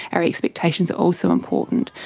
our expectations are also important.